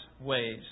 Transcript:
ways